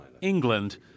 England